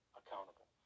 accountable